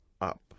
up